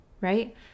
Right